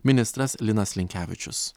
ministras linas linkevičius